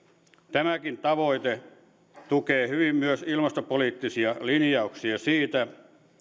tämäkin tavoite tukee hyvin myös ilmastopoliittisia linjauksia siitä